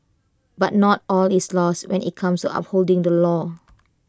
but not all is lost when IT comes to upholding the law